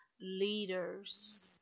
leaders